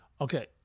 Okay